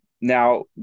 Now